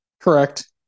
Correct